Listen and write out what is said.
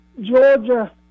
Georgia